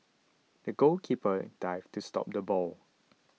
the goalkeeper dived to stop the ball